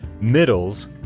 middles